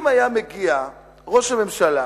אם היה מגיע ראש הממשלה